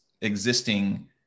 existing